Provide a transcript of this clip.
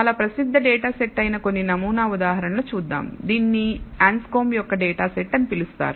చాలా ప్రసిద్ధ data set అయిన కొన్ని నమూనా ఉదాహరణలను చూద్దాందీనిని Anscombe యొక్క డేటా సెట్ అని పిలుస్తారు